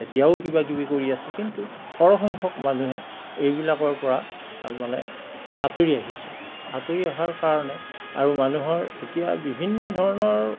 এতিয়াও কিবাকিবি কৰি আছে কিন্তু সৰহসংখ্যক মানুহে এইবিলাকৰ পৰা তাৰমানে আঁতৰি আহিছে আঁতৰি অহাৰ কাৰণে আৰু মানুহৰ এতিয়া বিভিন্ন ধৰণৰ